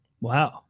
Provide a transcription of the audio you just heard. Wow